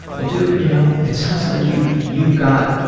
well dude, you know it sounds like you you got,